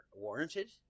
warranted